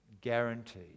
guaranteed